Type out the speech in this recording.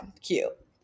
cute